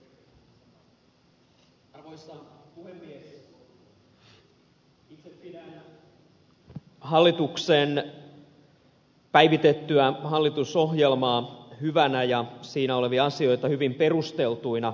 itse pidän hallituksen päivitettyä hallitusohjelmaa hyvänä ja siinä olevia asioita hyvin perusteltuina